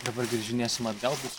dabar grįžinėsim atgal bus